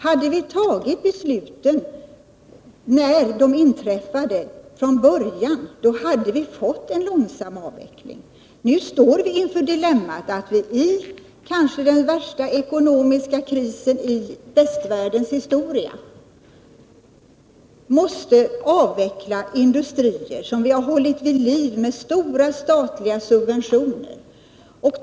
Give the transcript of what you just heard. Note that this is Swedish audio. Hade vi fattat beslut om en avveckling när problemen inträffade, hade vi fått en långsam avveckling. Nu står vi inför dilemmat att vi i den kanske värsta ekonomiska krisen i västvärldens moderna historia måste avveckla industrier som vi har hållit vid liv med stora statliga subventioner.